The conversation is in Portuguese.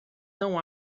não